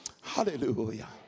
hallelujah